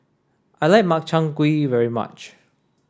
I like Makchang Gui very much